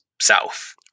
south